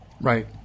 Right